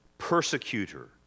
persecutor